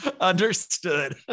Understood